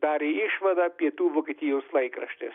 darė išvadą išvadą pietų vokietijos laikraštis